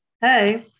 hey